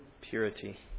purity